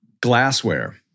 Glassware